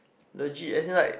legit as in like